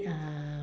uh